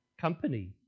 company